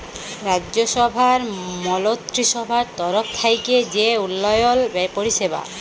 রাজ্যসভার মলত্রিসভার তরফ থ্যাইকে যে উল্ল্যয়ল পরিষেবা